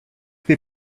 they